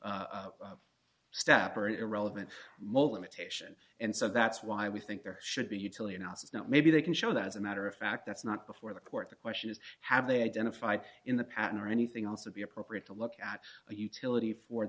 step or irrelevant most limitation and so that's why we think there should be utility analysis not maybe they can show that as a matter of fact that's not before the court the question is have they identified in the patent or anything else would be appropriate to look at a utility for